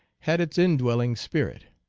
had its indwelling spirit.